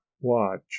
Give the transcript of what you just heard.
watch